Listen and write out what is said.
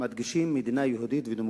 מדגישים "מדינה יהודית ודמוקרטית".